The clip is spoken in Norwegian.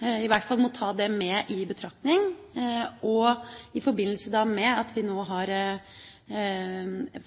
i hvert fall må ta det med i betraktning. Og i forbindelse med at vi nå har